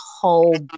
whole